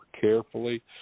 carefully